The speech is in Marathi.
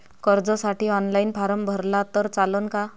कर्जसाठी ऑनलाईन फारम भरला तर चालन का?